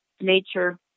nature